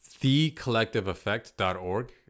thecollectiveeffect.org